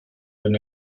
wenn